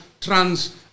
trans